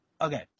Okay